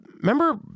Remember